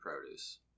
Produce